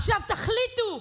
עכשיו תחליטו,